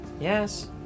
Yes